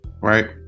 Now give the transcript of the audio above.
right